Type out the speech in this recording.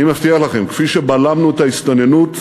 אני מבטיח לכם, כפי שבלמנו את ההסתננות,